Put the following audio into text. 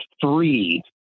three